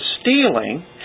stealing